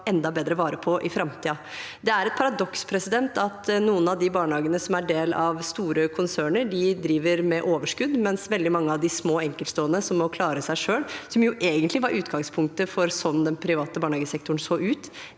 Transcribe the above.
enda bedre vare på i framtiden. Det er et paradoks at noen av de barnehagene som er del av store konserner, driver med overskudd, mens veldig mange av de små, enkeltstående som må klare seg selv, sliter – de som egentlig var utgangspunktet for hvordan den private barnehagesektoren så ut.